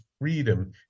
freedom